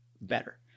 better